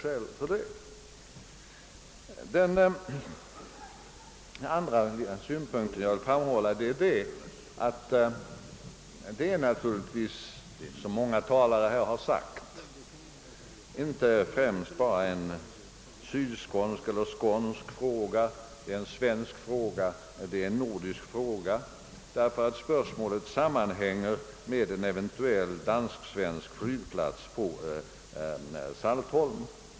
En annan synpunkt jag vill framhålla — vilket många talare gjort — är att denna fråga inte främst är ett sydskånskt eller skånskt problem, utan att den är av intresse för hela Sverige och för Norden. Spörsmålet sammanhänger ju med en eventuell dansk-svensk flygplats på Saltholm.